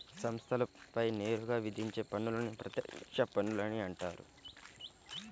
సంస్థలపై నేరుగా విధించే పన్నులని ప్రత్యక్ష పన్నులని అంటారు